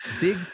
big